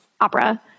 opera